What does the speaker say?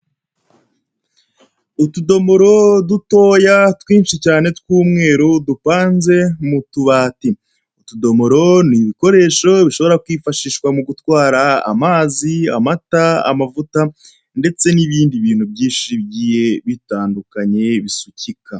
Utudomora dutoya twinshi cyane tw'umweru dupanze m'utubati, utudomora ni ibikoresho bishobora kwifashishwa mugutwara amazi amata amavuta ndetse n'ibindi bintu byinshi bigiye bitandukanye bisucyika.